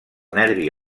nervi